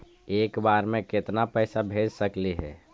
एक बार मे केतना पैसा भेज सकली हे?